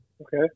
okay